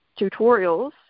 tutorials